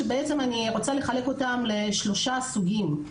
אותם אני אחלק לשלושה סוגים: